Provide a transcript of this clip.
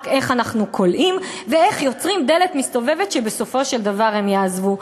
רק איך אנחנו כולאים ואיך יוצרים דלת מסתובבת שבסופו של דבר הם יעזבו.